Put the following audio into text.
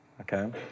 okay